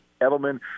Edelman